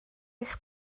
eich